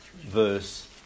verse